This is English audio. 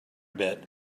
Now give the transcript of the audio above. bit